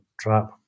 trap